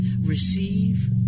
Receive